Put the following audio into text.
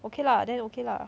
okay lah then okay lah